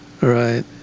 Right